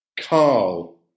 Carl